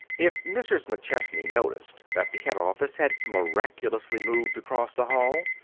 if mrs. mcchesney noticed that the head office had miraculously moved across the hall,